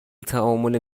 تعامل